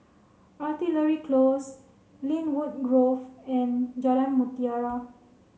Artillery Close Lynwood Grove and Jalan Mutiara